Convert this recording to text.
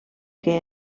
que